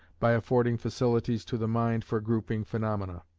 by affording facilities to the mind for grouping phaenomena.